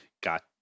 got